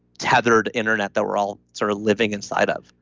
tethered internet that we're all sort of living inside of?